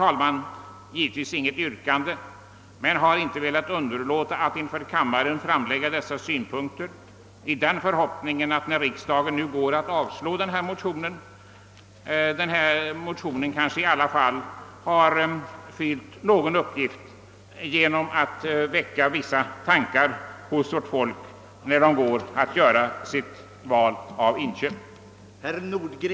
Jag har givetvis inget yrkande men har ändå inte velat underlåta att inför kammaren framföra dessa synpunkter i den förhoppningen att de motioner, som kammaren nu står i begrepp att avslå, kanske i alla fall har fyllt någon uppgift genom att få människorna att tänka efter när de gör sitt inköpsval.